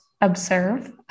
observe